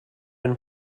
been